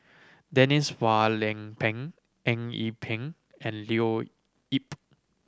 Denise Phua Lay Peng Eng Yee Peng and Leo Yip